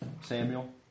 Samuel